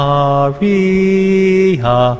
Maria